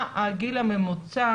מה הגיל הממוצע